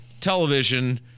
television